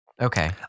Okay